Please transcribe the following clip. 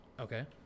Okay